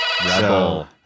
Rebel